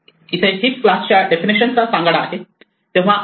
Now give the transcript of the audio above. इथे क्लास हिप च्या डेफिनेशन चा सांगाडा आहे